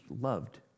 loved